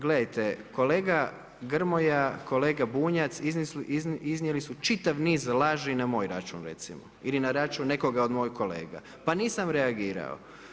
Gledajte, kolega Grmoja, kolega Bunjac, iznijeli su čitav niz laži na moj račun recimo ili na račun nekoga od mojih kolega, pa nisam reagirao.